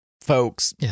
folks